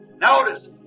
Notice